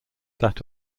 that